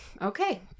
Okay